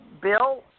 Bill